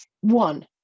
one